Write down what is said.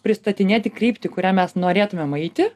pristatinėti kryptį kuria mes norėtumėm eiti